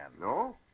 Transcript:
No